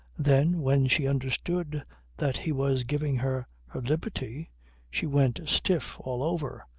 then when she understood that he was giving her her liberty she went stiff all over,